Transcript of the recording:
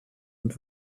und